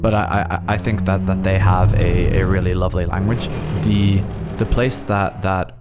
but i i think that that they have a really lovely language. the the place that that